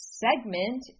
segment